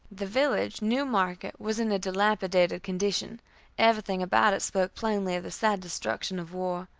the village, new market, was in a dilapidated condition everything about it spoke plainly of the sad destruction of war.